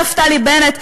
נפתלי בנט,